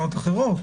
אחרות